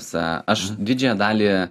esą aš didžiąją dalį